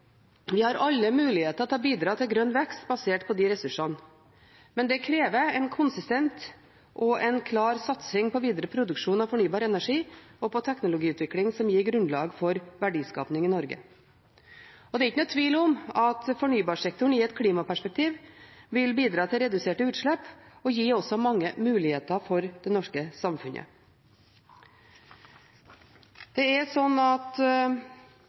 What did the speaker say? Vi har alle muligheter til å bidra til grønn vekst basert på de ressursene, men det krever en konsistent og en klar satsing på videre produksjon av fornybar energi og på teknologiutvikling som gir grunnlag for verdiskaping i Norge. Det er ikke noen tvil om at fornybarsektoren i et klimaperspektiv vil bidra til reduserte utslipp og gi også mange muligheter for det norske